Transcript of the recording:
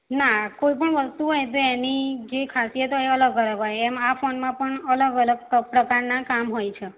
ના કોઇપણ વસ્તુ હોય તો એની જે ખાસિયત હોય અલગ અલગ હોય એમ આ ફોનમાં પણ અલગ અલગ પ પ્રકારનાં કામ હોય છે